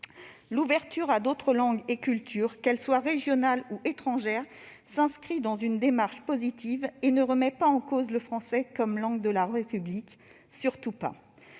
L'ouverture à d'autres langues et cultures, qu'elles soient régionales ou étrangères, s'inscrit dans une démarche positive et ne remet pas en cause le français comme langue de la République. Surtout pas !